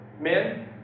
Men